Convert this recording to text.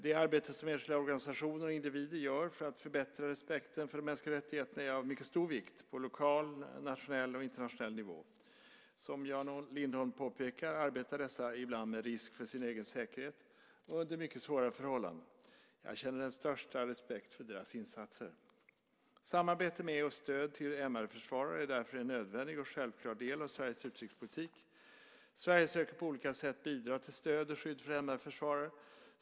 Det arbete som enskilda organisationer och individer gör för att förbättra respekten för de mänskliga rättigheterna är av mycket stor vikt, på lokal, nationell och internationell nivå. Som Jan Lindholm påpekar arbetar dessa ibland med risk för sin egen säkerhet och under mycket svåra förhållanden. Jag känner den största respekt för deras insatser. Samarbete med och stöd till MR-försvarare är därför en nödvändig och självklar del av Sveriges utrikespolitik. Sverige söker på olika sätt bidra till stöd och skydd för MR-försvarare.